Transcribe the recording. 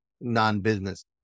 non-business